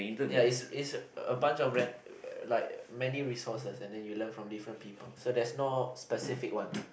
ya it's it's a bunch of ran~ like many resources and then you learn from different people so there's no specific one